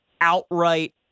outright